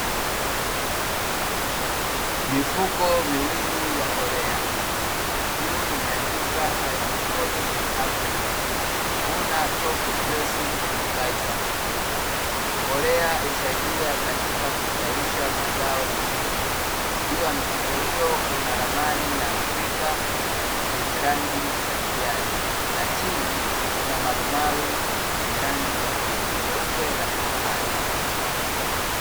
Mifuko miwili ya mbolea, juu imeandikwa "hydroponics Africa vuna top dressing fertilizer", mbolea husaidia katika kustawisha mazao vizuri, juu ya mifuko hiyo kuna ramani ya Afrika yenye rangi ya kijani, na chini kuna marumaru zenye rangi tofauti; nyeupe na blue bahari.